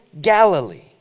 Galilee